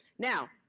now,